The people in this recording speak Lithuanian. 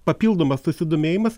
papildomas susidomėjimas